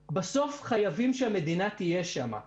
הבינו שבסוף חייבים שהמדינה תהיה שם.